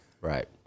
Right